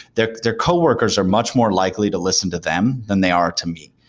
their their coworkers are much more likely to listen to them than they are to me.